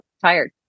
tired